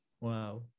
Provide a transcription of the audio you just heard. Wow